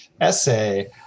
essay